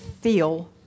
feel